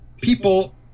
people